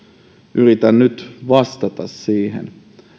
yritän nyt vastata siihen